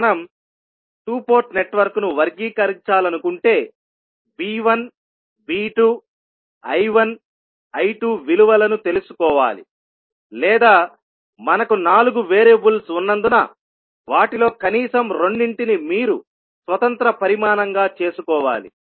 మనం 2 పోర్ట్ నెట్వర్క్ను వర్గీకరించాలనుకుంటే V1V2 I1 I2విలువలను తెలుసుకోవాలి లేదా మనకు నాలుగు వేరియబుల్స్ ఉన్నందున వాటిలో కనీసం రెండింటిని మీరు స్వతంత్ర పరిమాణంగా చేసుకోవాలి